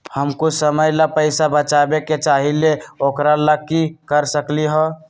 हम कुछ समय ला पैसा बचाबे के चाहईले ओकरा ला की कर सकली ह?